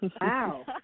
Wow